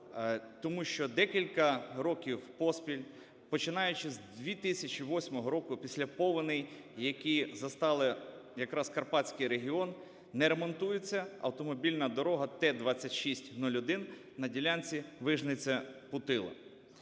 тому що декілька років поспіль, починаючи з 2008 року, після повеней, які застали, якраз Карпатський регіон, не ремонтуються, автомобільна дорога Т 2601 на ділянціВижниця-Путила.